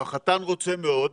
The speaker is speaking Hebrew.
או החתן רוצה מאוד,